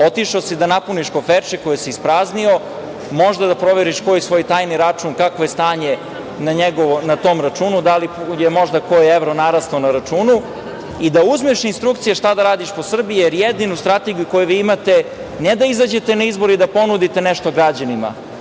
otišao si da napuniš koferče koje si ispraznio, možda da proveriš svoj tajni račun, kakvo je stanje na njemu, da li je možda koji evro narastao na računu i da uzmeš instrukcije šta da radiš po Srbiji, jer jedinu strategiju koju imate, ne da izađete na izbore i da ponudite nešto građanima,